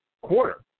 quarter